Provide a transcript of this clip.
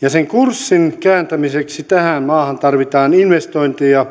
ja sen sen kurssin kääntämiseksi tähän maahan tarvitaan investointeja